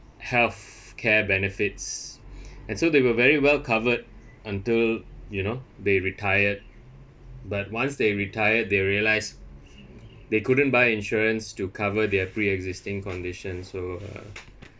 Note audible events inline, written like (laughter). health care benefits (breath) and so they were very well covered until you know they retired but once they retire they realised they couldn't buy insurance to cover their pre-existing condition so uh